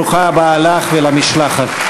ברוכה הבאה, לך ולמשלחת.